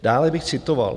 Dále bych citoval: